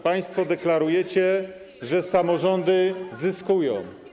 Państwo deklarujecie, że samorządy zyskują.